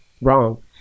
wrong